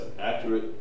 accurate